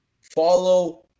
follow